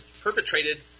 perpetrated